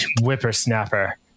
whippersnapper